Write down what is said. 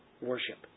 worship